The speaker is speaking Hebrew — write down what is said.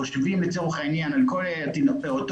חושבים לצורך העניין על כל הפעוטות